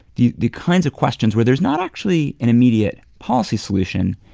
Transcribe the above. the the kinds of questions where there's not actually an immediate policy solution,